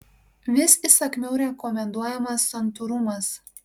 vis įsakmiau rekomenduojamas santūrumas